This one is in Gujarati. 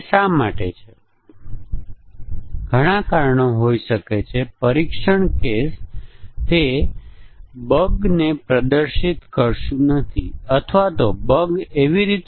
આપણે આપણા ટેસ્ટીંગ કેસોને મજબૂત કરીએ છીએ